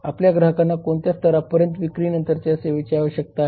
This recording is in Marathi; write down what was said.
आपल्या ग्राहकांना कोणत्या स्तरापर्यंत विक्रीनंतरच्या सेवेची आवश्यकता आहे